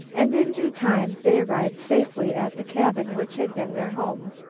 and in due time they arrived safely at the cabin which had been their home.